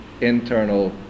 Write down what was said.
internal